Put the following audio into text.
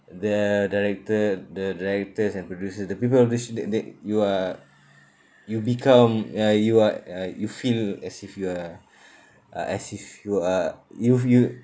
the director the directors and producers the people which they they you are you become uh you are uh you feel as if you are uh as if you are you've you